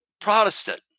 Protestant